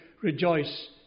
rejoice